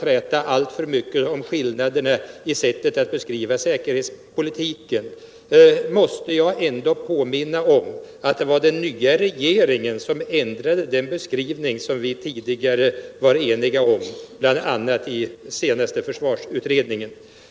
träta alltför mycket om skillnaderna i sättet att beskriva säkerhetspolitiken, måste jag påminna om att det var den nya regeringen som ändrade den beskrivning som vi tidigare var eniga om, bl.a. i den senaste försvarsutredningen.